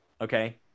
Okay